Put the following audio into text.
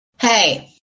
Hey